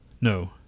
No